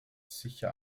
sicher